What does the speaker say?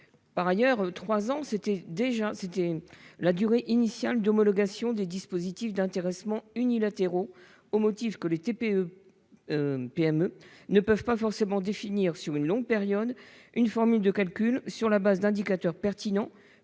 Par ailleurs, la durée initiale d'homologation des dispositifs d'intéressement unilatéraux a été fixée à trois ans, au motif que les TPE-PME ne pouvaient pas forcément définir sur une longue période une formule de calcul sur la base d'indicateurs pertinents,